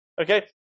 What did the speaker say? okay